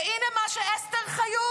הינה מה שאסתר חיות,